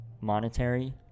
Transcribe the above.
monetary